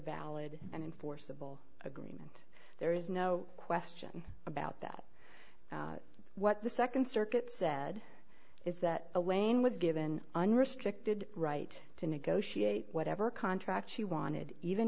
valid and enforceable agreement there is no question about that what the nd circuit said is that wayne was given unrestricted right to negotiate whatever contract she wanted even